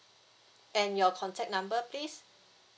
and your contact number please